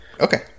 Okay